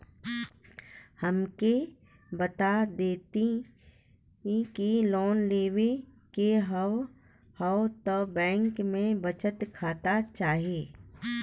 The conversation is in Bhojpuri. हमके बता देती की लोन लेवे के हव त बैंक में बचत खाता चाही?